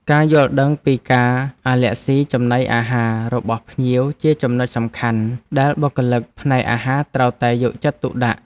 ការយល់ដឹងពីការអាឡែស៊ីចំណីអាហាររបស់ភ្ញៀវជាចំណុចសំខាន់ដែលបុគ្គលិកផ្នែកអាហារត្រូវតែយកចិត្តទុកដាក់។